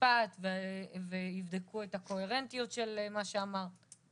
המשפט ויבדקו את הקוהרנטיות של מה שאמרת.